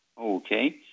Okay